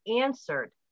answered